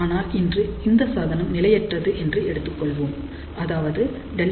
ஆனால் இன்று இந்த சாதனம் நிலையற்றது என்று எடுத்துக்கொள்வோம் அதாவது Δ1 மற்றும் K 1